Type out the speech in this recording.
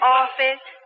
office